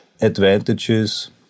advantages